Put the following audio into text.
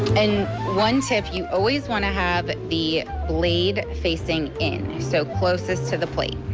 and one tip, you always want to have the blade facing in, so closest to the plate,